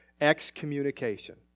excommunication